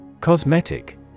Cosmetic